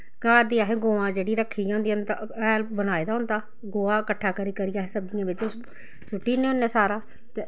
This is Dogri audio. घर दी असें गवां जेह्ड़ी रक्खी दी होंदियां उं'दा हैल बनाए दा होंदा गोआ किट्ठा करी करियै अस सब्जियै बिच्च सुट्टी ओड़ने होन्ने सारा